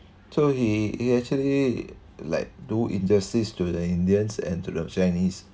so he he actually like do injustice to the indians and to the chinese